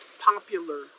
popular